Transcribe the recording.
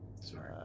sorry